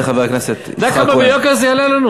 תודה רבה לחבר הכנסת יצחק כהן.